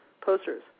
posters